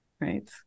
Right